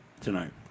tonight